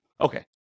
okay